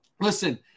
listen